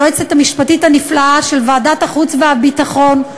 היועצת המשפטית הנפלאה של ועדת החוץ והביטחון,